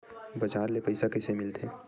बजार ले पईसा कइसे मिलथे?